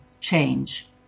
change